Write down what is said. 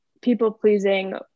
people-pleasing